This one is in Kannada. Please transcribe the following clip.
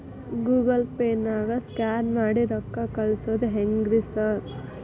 ಗೂಗಲ್ ಪೇನಾಗ ಸ್ಕ್ಯಾನ್ ಮಾಡಿ ರೊಕ್ಕಾ ಕಳ್ಸೊದು ಹೆಂಗ್ರಿ ಸಾರ್?